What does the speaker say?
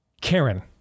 Karen